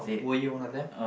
were you one of them